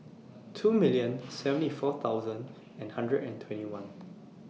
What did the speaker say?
two million seventy four thousand and hundred and twenty one